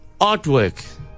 Artwork